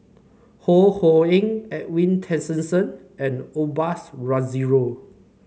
Ho Ho Ying Edwin Tessensohn and Osbert Rozario